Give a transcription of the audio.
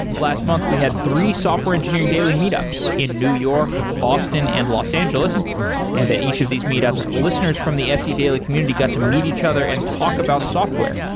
last month we had three software engineering daily meet ups in new york, boston and los angeles and at each of these meet ups, listeners from the se daily community got to meet each other and talk about software,